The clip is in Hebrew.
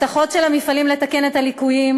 ההבטחות של המפעלים לתקן את הליקויים,